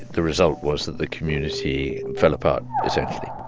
the result was that the community fell apart, essentially